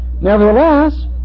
Nevertheless